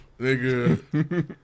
nigga